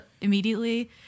immediately